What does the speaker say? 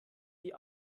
die